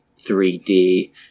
3D